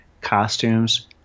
costumes